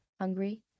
hungry